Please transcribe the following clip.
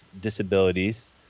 disabilities